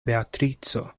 beatrico